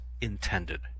intended